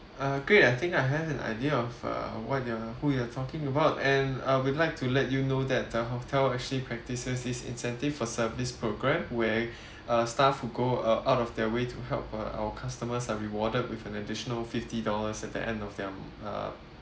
uh great I think I have an idea of uh what you're who you're talking about and uh we'll like to let you know that the hotel actually practises this incentive for service programme where uh staff who go uh out of their way to help uh our customers are rewarded with an additional fifty dollars at the end of their uh